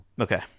Okay